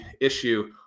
issue